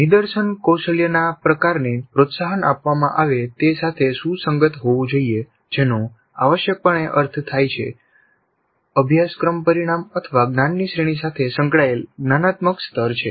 નિદર્શન કૌશલ્યના પ્રકારને પ્રોત્સાહન આપવામાં આવે તે સાથે સુસંગત હોવું જોઈએ જેનો આવશ્યકપણે અર્થ થાય છે અભ્યાસક્રમ પરિણામજ્ઞાનની શ્રેણી સાથે સંકળાયેલ જ્ઞાનાત્મક સ્તર છે